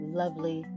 lovely